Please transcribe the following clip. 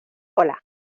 hola